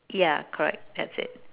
yeah correct that's it